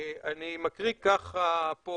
אני מקריא פה: